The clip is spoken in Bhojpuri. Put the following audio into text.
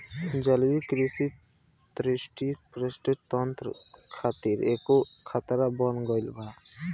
जलीय कृषि तटीय परिस्थितिक तंत्र खातिर एगो खतरा बन गईल बा